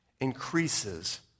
increases